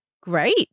Great